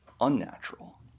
unnatural